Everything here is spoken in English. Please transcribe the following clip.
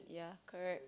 yeah correct